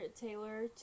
Taylor